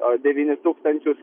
devynis tūkstančius